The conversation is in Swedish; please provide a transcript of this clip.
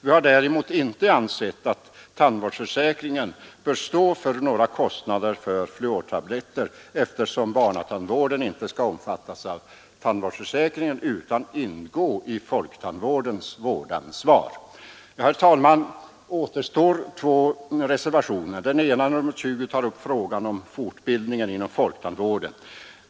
Vi har däremot inte ansett att tandvårdsförsäkringen bör stå för några kostnader för fluortabletter, eftersom barntandvården inte skall omfattas av tandvårdsförsäkringen utan ingå i folktandvårdens vårdansvar. Två reservationer återstår. Den ena, nr 20, tar upp frågan om fortbildningen inom folktandvården.